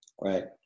right